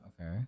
Okay